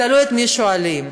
תלוי את מי שואלים.